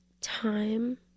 time